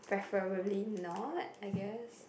preferably no like I guess